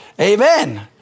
Amen